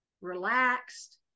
relaxed